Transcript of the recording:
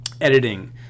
editing